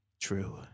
true